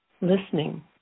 listening